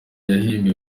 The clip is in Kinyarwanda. yahimbiwe